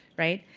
right?